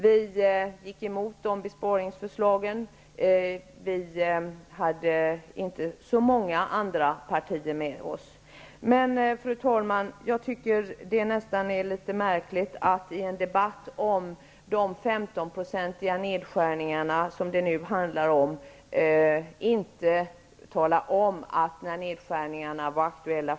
Vi gick emot de besparingsförslagen. Vi hade inte så många andra partier med oss. Fru talman! Jag tycker att det är litet märkligt att i en debatt om de 15-procentiga nedskärningarna som det nu handlar om, inte tala om att man ställde upp på nedskärningarna när de var aktuella.